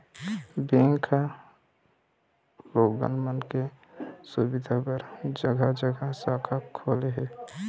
bank ह लोगन मन के सुबिधा बर जघा जघा शाखा खोले हे